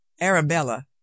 Arabella